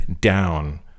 down